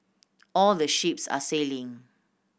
all the ships are sailing